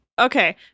Okay